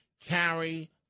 carry